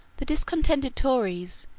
the discontented tories,